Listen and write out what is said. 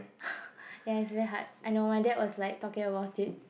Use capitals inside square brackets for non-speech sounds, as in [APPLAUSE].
[LAUGHS] ya it's very hard I know my dad was like talking about it